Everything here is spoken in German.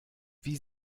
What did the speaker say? wie